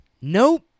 Nope